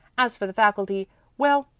as for the faculty well,